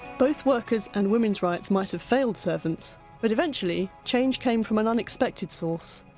both workers' and women's rights might have failed servants but, eventually, change came from an unexpected source,